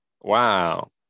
Wow